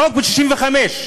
החוק מ-1965,